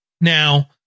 Now